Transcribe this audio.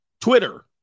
Twitter